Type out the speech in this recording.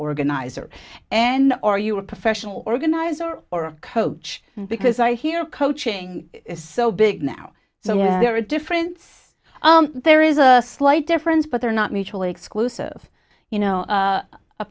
organizer and or you a professional organizer or coach because i hear coaching is so big now so yeah there a difference there is a slight difference but they're not mutually exclusive you know